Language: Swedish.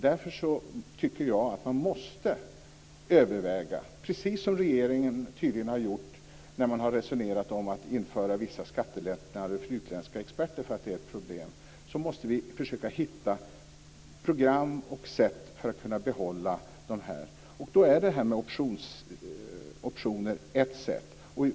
Därför tycker jag, precis som regeringen tydligen har gjort när man resonerat om att införa vissa skattelättnader för utländska experter eftersom detta är ett problem, att vi måste försöka hitta program och sätt för att kunna behålla dessa personer. Då är det här med optioner ett sätt.